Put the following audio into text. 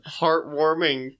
heartwarming